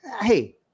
Hey